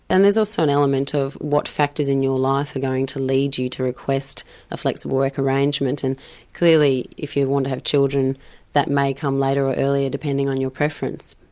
and there's also an element of what factors in your life are going to lead you to request a flexible work arrangement, and clearly if you want to have children that may come later or earlier, depending on your preference.